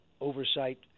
oversight